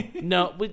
No